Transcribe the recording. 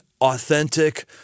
authentic